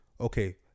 Okay